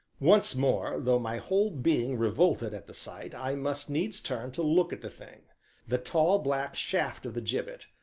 once more, though my whole being revolted at the sight, i must needs turn to look at the thing the tall, black shaft of the gibbet,